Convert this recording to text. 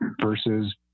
versus